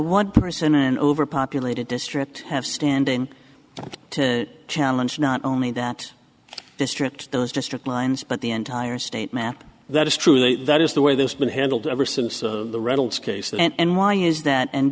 one person an overpopulated district have standing to challenge not only that district those district lines but the entire state map that is truly that is the way this been handled ever since the reynolds case and why is that and